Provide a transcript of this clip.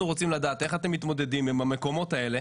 אנחנו רוצים לדעת איך אתם מתמודדים עם המקומות האלה,